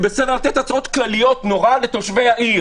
זה בסדר לתת הצעות כלליות נורא לתושבי העיר.